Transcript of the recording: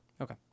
Okay